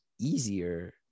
easier